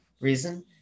reason